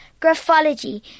Graphology